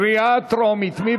בקריאה טרומית.